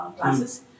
classes